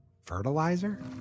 fertilizer